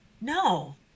no